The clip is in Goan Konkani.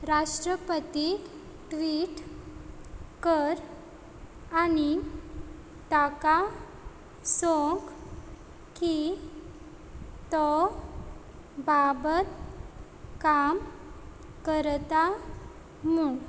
राष्ट्रपतीक ट्वीट कर आनी ताका सोंक की तो बाबत काम करता म्हूण